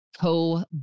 Co